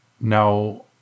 now